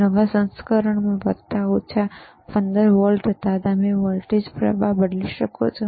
નવા સંસ્કરણમાં વત્તા ઓછા 15 વોલ્ટ હતા તમે વોલ્ટેજ અને પ્રવાહ બદલી શકો છો